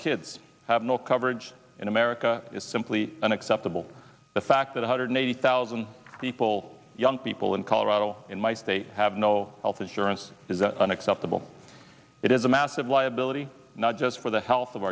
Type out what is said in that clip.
kids have no coverage in america is simply unacceptable the fact that a hundred eighty thousand people young people in colorado in mice they have no health insurance is an unacceptable it is a massive liability not just for the health of